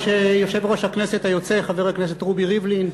יושב-ראש הכנסת היוצא חבר הכנסת רובי ריבלין,